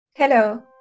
Hello